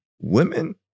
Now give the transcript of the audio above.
women